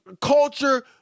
culture